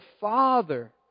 Father